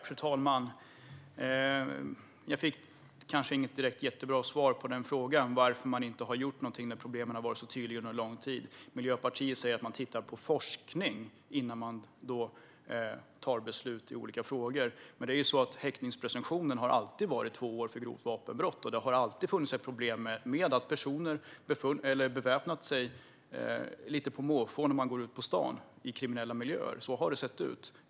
Fru talman! Jag fick kanske inte något direkt jättebra svar på frågan om varför man inte har gjort någonting när problemen har varit så tydliga under en lång tid. Miljöpartiet säger att man tittar på forskning innan man fattar beslut i olika frågor. Men häktningspresumtionen har alltid varit två år för grovt vapenbrott, och det har alltid funnits ett problem med att personer i kriminella miljöer beväpnar sig lite på måfå när de går ut på stan. Så har det sett ut.